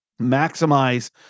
maximize